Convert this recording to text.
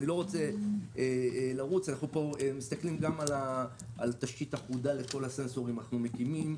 אנחנו מסתכלים גם על תשתית אחודה לכל הסנסורים שאנחנו מקימים.